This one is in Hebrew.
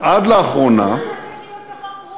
איזו התקפה פרועה?